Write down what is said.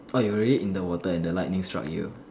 orh you already in the water and the lightning struck you